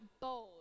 bold